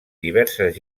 diverses